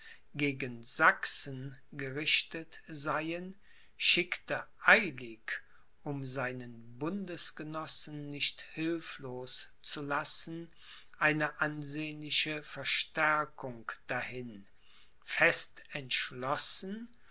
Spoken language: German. gegen sachsen gerichtet seien schickte eilig um seinen bundesgenossen nicht hilflos zu lassen eine ansehnliche verstärkung dahin fest entschlossen